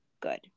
good